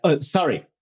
Sorry